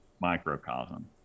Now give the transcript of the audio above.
microcosm